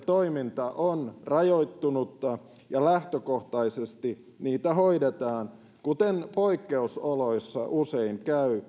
toiminta on rajoittunutta ja lähtökohtaisesti niitä hoidetaan kuten poikkeusoloissa usein käy